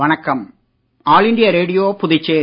வணக்கம் all India radio Puducherry